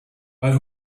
but